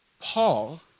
Paul